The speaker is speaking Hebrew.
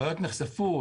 הבעיות נחשפו,